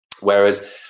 Whereas